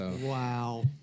Wow